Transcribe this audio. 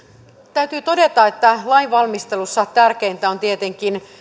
täytyy todeta että lainvalmistelussa tärkeintä on tietenkin